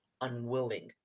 unwilling